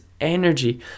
energy